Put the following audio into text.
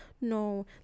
no